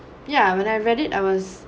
ya when I read it I was